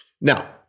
Now